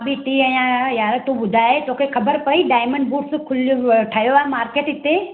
मां बि इते ई आहियां यार तूं ॿुधाए तोखे ख़बरु पई डायमंड्स बूट्स खुली वियो आहे ठहियो आहे मार्क़ेट इते